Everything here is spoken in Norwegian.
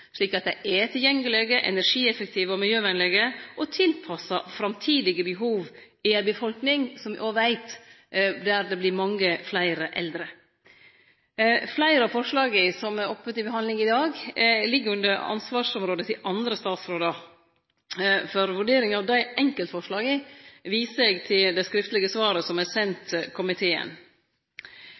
slik at dei er tilgjengelege, energieffektive og miljøvenlege – og tilpassa framtidige behov i ei befolkning der me veit det vert mange fleire eldre. Fleire av forslaga som er til behandling i dag, ligg under ansvarsområdet til andre statsrådar. For vurdering av dei enkelte forslaga viser eg til det skriftlege svaret som er sendt komiteen.